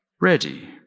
ready